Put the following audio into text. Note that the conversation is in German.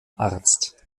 arzt